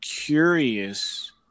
curious